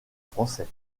français